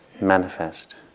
manifest